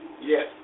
Yes